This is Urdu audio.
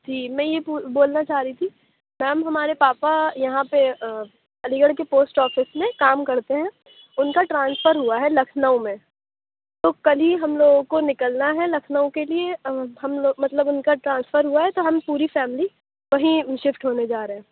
جی میں یہ ہو بولنا چاہ رہی تھی میم ہمارے پاپا یہاں پہ علی گڑھ کے پوسٹ آفس میں کام کرتے ہیں اُن کا ٹرانسفر ہُوا ہے لکھنؤ میں تو کل ہی ہم لوگوں کو نکلنا ہے لکھنؤ کے لیے ہم لوگ مطلب اُن کا ٹرانسفر ہُوا ہے تو ہم پوری فیملی وہی شفٹ ہونے جا رہے ہیں